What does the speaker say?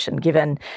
given